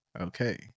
Okay